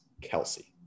Kelsey